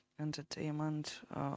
entertainment